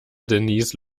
denise